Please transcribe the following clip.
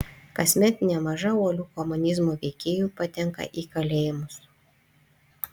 kasmet nemaža uolių komunizmo veikėjų patenka į kalėjimus